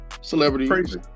celebrities